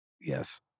Yes